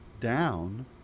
down